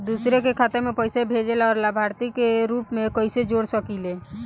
दूसरे के खाता में पइसा भेजेला और लभार्थी के रूप में कइसे जोड़ सकिले?